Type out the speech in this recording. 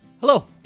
Hello